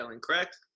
correct